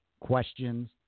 questions